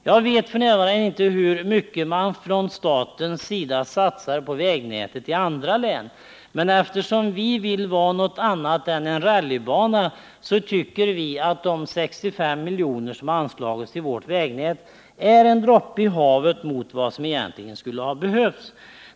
Jag vet f. n. inte hur mycket man från statens sida satsar på vägnätet i andra län, men eftersom vi vill vara något annat än en rallybana tycker vi att de 65 miljoner som anslagits till vårt vägnät är en droppe i havet mot vad som egentligen skulle ha behövts.